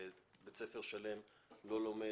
שבית ספר שלם לא לומד.